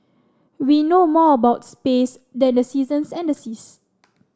we know more about space than the seasons and the seas